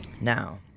Now